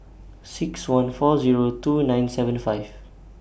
six one four Zero two nine seventy five